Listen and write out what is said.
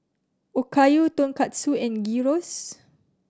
Okayu Tonkatsu and Gyros